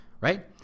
Right